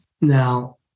Now